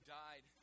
died